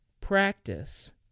practice